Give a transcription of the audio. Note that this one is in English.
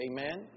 Amen